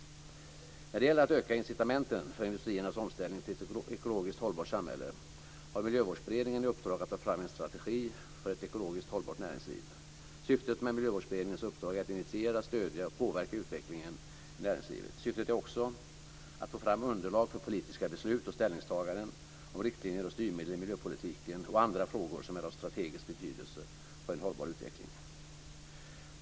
När det gäller att öka incitamenten för industriernas omställning till ett ekologiskt hållbart samhälle har Miljövårdsberedningen i uppdrag att ta fram en strategi för ett ekologiskt hållbart näringsliv. Syftet med Miljövårdsberedningens uppdrag är att initiera, stödja och påverka utvecklingen i näringslivet. Syftet är också att få fram underlag för politiska beslut och ställningstaganden om riktlinjer och styrmedel i miljöpolitiken och andra frågor som är av strategisk betydelse för en hållbar utveckling.